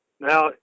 Now